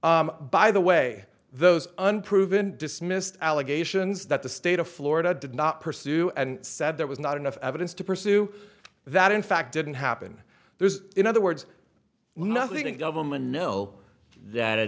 by the way those unproven dismissed allegations that the state of florida did not pursue and said there was not enough evidence to pursue that in fact didn't happen there's in other words nothing in government no that a